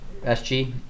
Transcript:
sg